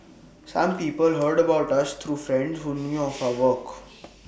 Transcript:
some people heard about us through friends who knew of our work